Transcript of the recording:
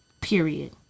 period